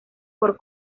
por